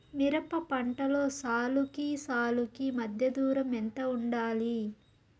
మిరప పంటలో సాలుకి సాలుకీ మధ్య దూరం ఎంత వుండాలి?